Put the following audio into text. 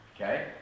Okay